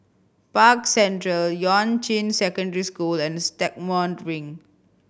Park Central Yuan Ching Secondary School and Stagmont Ring